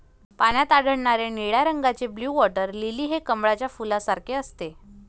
पाण्यात आढळणारे निळ्या रंगाचे ब्लू वॉटर लिली हे कमळाच्या फुलासारखे असते